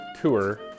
tour